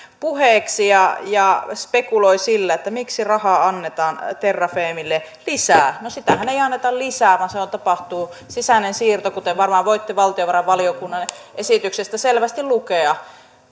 puheeksi ja ja spekuloi sillä miksi rahaa annetaan terrafamelle lisää no sitähän ei anneta lisää vaan siinä tapahtuu sisäinen siirto kuten varmaan voitte valtiovarainvaliokunnan esityksestä selvästi lukea